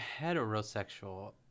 heterosexual